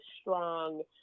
strong